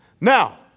Now